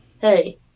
Hey